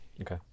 okay